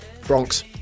Bronx